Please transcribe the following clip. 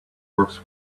works